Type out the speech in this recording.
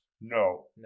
No